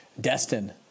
Destin